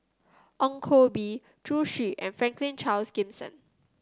Ong Koh Bee Zhu Xu and Franklin Charles Gimson